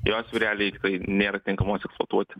jos jau realiai nėra tinkamos eksploatuoti